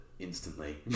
Instantly